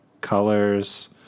colors